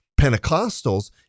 Pentecostals